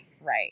Right